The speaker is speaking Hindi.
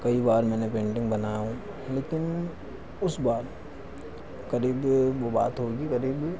कई बार मेने पेंटिंग बना लेकिन उस बार क़रीब वह बात होगी क़रीब